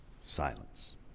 silence